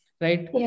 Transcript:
right